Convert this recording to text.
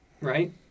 right